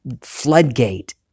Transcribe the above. floodgate